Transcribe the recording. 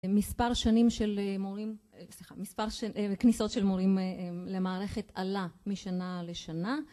מספר שנים של מורים, אה סליחה, מספר הכניסות של מורים למערכת עלה משנה לשנה